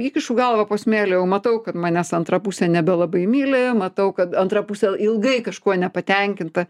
įkišu galvą po smėliu jau matau kad manęs antra pusė nebelabai myli matau kad antra pusė ilgai kažkuo nepatenkinta